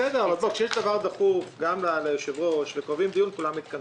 כשקובעים דיון, כולם מתכנסים.